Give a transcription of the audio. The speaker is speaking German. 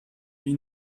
wie